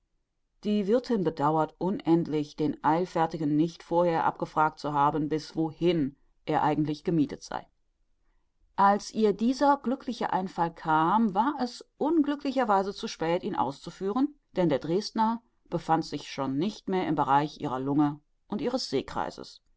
die wirthin bedauert unendlich dem eilfertigen nicht vorher abgefragt zu haben bis wohin er eigentlich gemiethet sei als ihr dieser glückliche einfall kam war es unglücklicherweise zu spät ihn auszuführen denn der dresdner befand sich schon nicht mehr im bereich ihrer lunge und ihres sehkreises